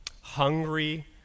hungry